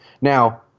Now